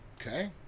Okay